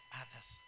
others